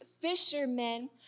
fishermen